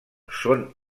són